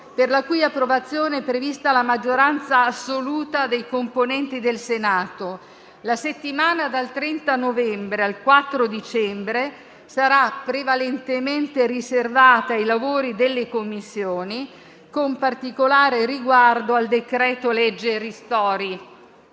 per la cui approvazione è prevista la maggioranza assoluta dei componenti del Senato. La settimana dal 30 novembre al 4 dicembre sarà prevalentemente riservata ai lavori delle Commissioni, con particolare riguardo al decreto-legge ristori.